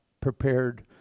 prepared